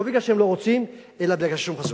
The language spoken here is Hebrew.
לא מפני שהם לא רוצים אלא בגלל שוק חסום.